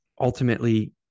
ultimately